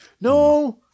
No